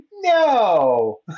no